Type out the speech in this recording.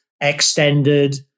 extended